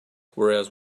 whereas